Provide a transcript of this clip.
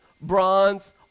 bronze